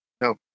no